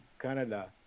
Canada